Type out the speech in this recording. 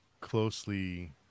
closely